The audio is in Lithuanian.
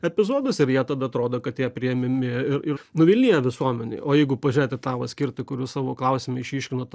epizodus ir jie tada atrodo kad jie priėmimi ir ir nuvilnija visuomenėj o jeigu pažiūrėt į tą va skirtį kur jūs savo klausime išryškinot